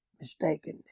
Mistaken